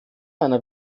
einer